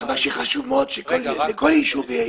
מה שחשוב מאוד, לכל יישוב יהיה ייצוג.